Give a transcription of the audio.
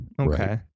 Okay